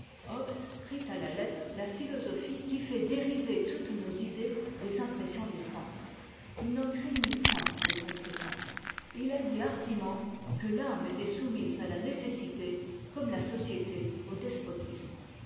hobbes prit à la lettre la philosophie qui fait dériver toutes nos idées des impressions des sens il n'en craignit point les conséquences et il a dit hardiment me me était soumise à la nécessité comme la société au despotisme